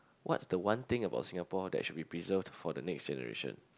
what's the one thing about Singapore that should be preserved for the next generation